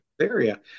area